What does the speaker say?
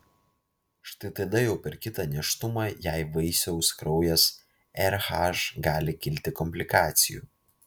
štai tada jau per kitą nėštumą jei vaisiaus kraujas rh gali kilti komplikacijų